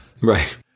Right